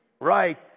right